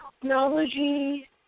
Technology